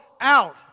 out